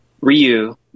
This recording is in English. Ryu